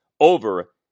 over